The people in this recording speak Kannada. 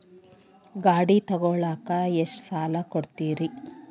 ಗಾಡಿ ತಗೋಳಾಕ್ ಎಷ್ಟ ಸಾಲ ಕೊಡ್ತೇರಿ?